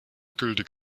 gültig